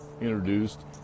introduced